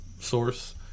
source